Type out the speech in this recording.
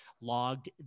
logged